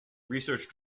research